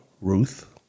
Ruth